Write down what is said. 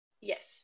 Yes